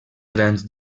grans